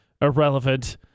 irrelevant